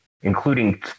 including